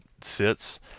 Sits